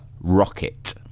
rocket